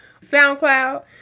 soundcloud